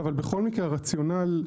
אבל בכל מקרה הרציונל,